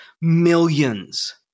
millions